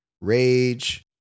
rage